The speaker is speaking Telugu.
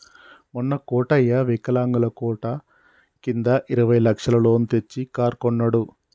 మొన్న కోటయ్య వికలాంగుల కోట కింద ఇరవై లక్షల లోన్ తెచ్చి కారు కొన్నడు